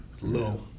low